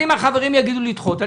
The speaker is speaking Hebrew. אם החברים יגידו לי לדחות,